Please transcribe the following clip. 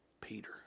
Peter